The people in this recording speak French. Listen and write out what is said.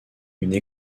une